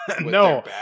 No